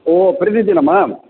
ओ प्रतिदिनम् आ